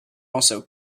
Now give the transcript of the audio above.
also